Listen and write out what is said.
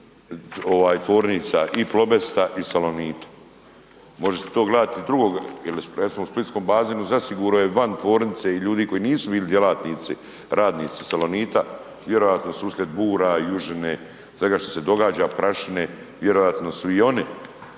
tvornica i Plobesta i Salonita, može se to gledat i iz drugog, recimo u splitskom bazenu zasigurno je van tvornice i ljudi koji nisu bili djelatnici, radnici Salonita, vjerojatno su uslijed bura, južine, svega šta se događa, prašine, vjerojatno su i oni